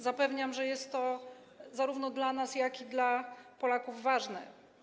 Zapewniam, że jest to zarówno dla nas, jak i dla Polaków ważne.